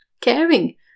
caring